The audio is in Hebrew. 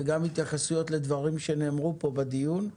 וגם התייחסויות לדברים שנאמרו פה בדיון.